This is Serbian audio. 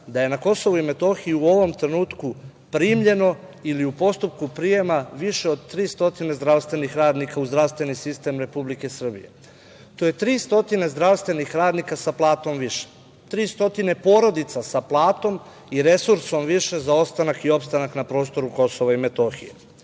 da je na KiM u ovom trenutku primljeno ili u postupku prijema više od 300 zdravstvenih radnika u zdravstveni sistem Republike Srbije. To je 300 zdravstvenih radnika sa platom više, 300 porodica sa platom i resursom više za ostanak i opstanak na prostoru KiM.Ovakvi